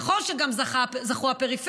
נכון שגם זכו הפריפריה,